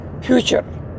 future